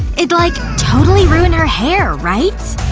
it'd like, totally ruin her hair, right?